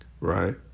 right